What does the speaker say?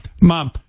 mom